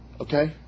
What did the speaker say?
Okay